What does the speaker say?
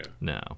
no